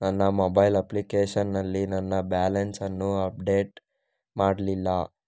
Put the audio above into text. ನನ್ನ mobile application ನಲ್ಲಿ ನನ್ನ ಬ್ಯಾಲೆನ್ಸ್ ಅನ್ನು ಅಪ್ಡೇಟ್ ಮಾಡ್ಲಿಲ್ಲ